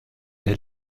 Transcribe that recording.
der